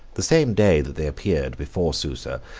the same day that they appeared before susa,